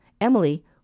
Emily